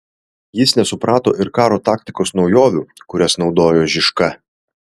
jis nesuprato ir karo taktikos naujovių kurias naudojo žižka